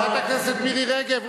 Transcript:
חברת הכנסת מירי רגב,